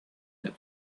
that